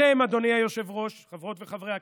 אתם, אדוני היושב-ראש, חברות וחברי הכנסת,